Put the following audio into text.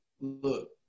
look